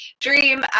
dream